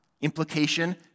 Implication